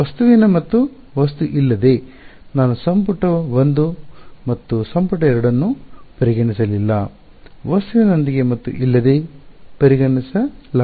ವಸ್ತುವಿನ ಮತ್ತು ವಸ್ತು ಇಲ್ಲದೆ ನಾವು ಸಂಪುಟ ಒಂದು ಮತ್ತು ಸಂಪುಟ ಎರಡನ್ನು ಪರಿಗಣಿಸಲಿಲ್ಲ ವಸ್ತುವಿನೊಂದಿಗೆ ಮತ್ತು ಇಲ್ಲದೆ ಪರಿಗಣಿಸಲಾಗುತ್ತದೆ